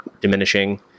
diminishing